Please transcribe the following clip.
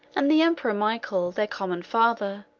and the emperor michael, their common father,